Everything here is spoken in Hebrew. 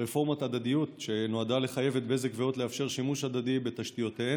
ההדדיות שנועדה לחייב את בזק והוט לאפשר שימוש הדדי בתשתיותיהן